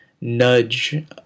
nudge